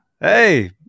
Hey